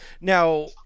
now